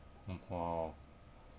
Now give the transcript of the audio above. mm !wow!